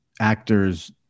actors